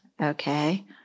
okay